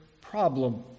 problem